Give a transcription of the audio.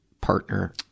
partner